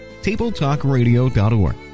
tabletalkradio.org